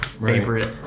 Favorite